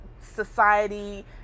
society